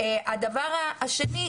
הדבר השני,